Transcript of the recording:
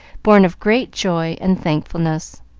born of great joy and thankfulness.